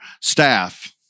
staff